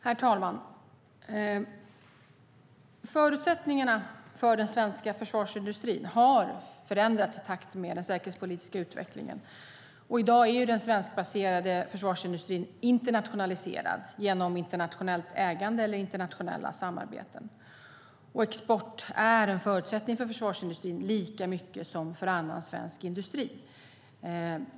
Herr talman! Förutsättningarna för den svenska försvarsindustrin har förändrats i takt med den säkerhetspolitiska utvecklingen. I dag är den svenskbaserade försvarsindustrin internationaliserad genom internationellt ägande eller internationella samarbeten. Export är en förutsättning för försvarsindustrin lika mycket som för annan svensk industri.